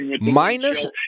Minus